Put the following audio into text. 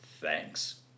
Thanks